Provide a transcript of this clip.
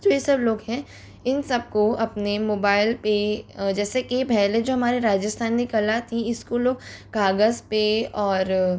जो ये सब लोग हैं इन सबको अपने मोबाइल पे जैसे कि पहले जो हमारे राजस्थानी कला थी इसको लोग कागज पे और